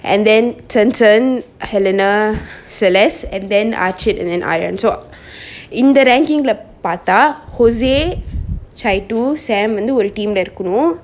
and then seng seng helena celest and then richard and aron in the ranking lah பாத்தா:patha jose chitu sam வந்து ஒரு:vanthu oru team lah இருக்கனும்:irukkanum